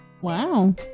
Wow